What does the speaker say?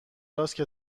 کلاس